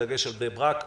בדגש על בני ברק,